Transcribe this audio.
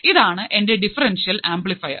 ഇതാണ് എൻറെ differential amplifier